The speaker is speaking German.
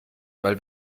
weil